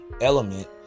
element